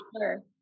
sure